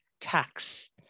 tax